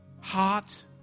heart